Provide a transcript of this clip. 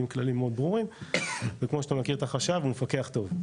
עם כללים מאד ברורים וכמו שאתה מכיר את החשב הוא מפקח טוב,